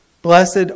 Blessed